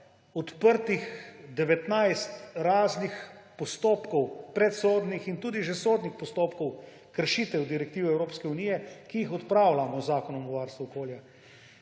odprtih 19 postopkov, predsodnih in tudi že sodnih postopkov, kršitev direktiv Evropske unije, ki jih odpravljamo z zakonom o varstvu okolja.